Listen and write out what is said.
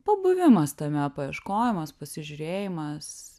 pabuvimas tame paieškojimas pasižiūrėjimas